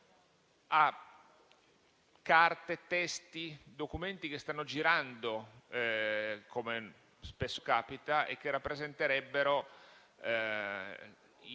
a carte, testi, documenti che stanno girando, come spesso accade, e che rappresenterebbero